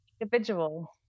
individual